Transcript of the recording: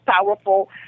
powerful